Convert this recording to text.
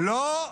לא.